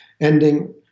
ending